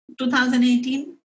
2018